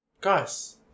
Guys